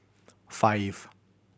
five